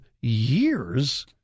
years